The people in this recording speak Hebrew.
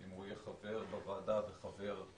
אם הוא יהיה חבר ועדה פעיל.